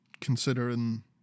considering